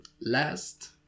last